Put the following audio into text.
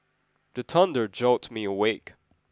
the thunder jolt me awake